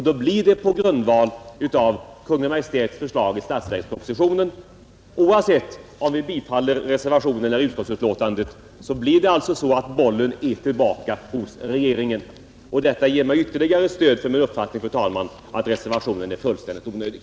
Då blir det på grundval av Kungl. Maj:ts förslag i statsverkspropositionen. Oavsett om vi bifaller reservationen eller utskottsbetänkandet, kommer alltså bollen tillbaka till regeringen. Detta ger mig ytterligare stöd för min uppfattning, fru talman, att reservationen är onödig.